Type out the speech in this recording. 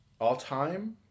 All-time